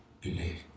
believe